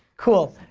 cool,